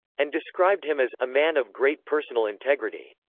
and described him as a man of great personal integrity.